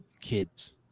kids